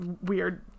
weird